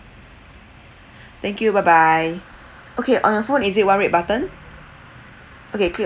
thank you bye bye okay uh phone is it one red button okay click